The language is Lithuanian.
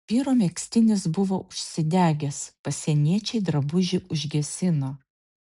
vyro megztinis buvo užsidegęs pasieniečiai drabužį užgesino